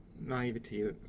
naivety